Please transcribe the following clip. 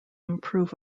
improve